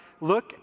look